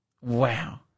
Wow